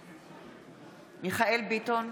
בהצבעה מיכאל ביטון,